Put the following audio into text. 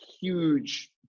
huge